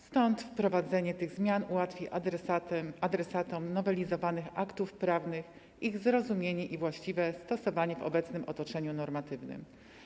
Stąd wprowadzenie tych zmian ułatwi adresatom nowelizowanych aktów prawnych ich zrozumienie i właściwe stosowanie w obecnym otoczeniu normatywnym.